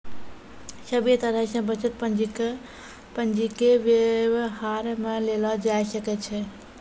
सभे तरह से बचत पंजीके वेवहार मे लेलो जाय सकै छै